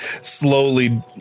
slowly